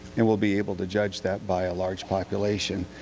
and we'll be able to judge that by a large population.